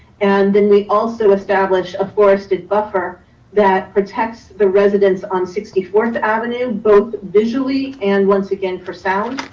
and then we also establish a forest and buffer that protects the residents on sixty fourth avenue, both visually, and once again for sound.